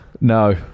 No